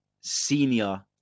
senior